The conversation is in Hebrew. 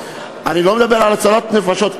אני לא מדבר על הצלת נפשות.